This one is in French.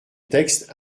texte